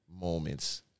moments